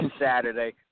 Saturday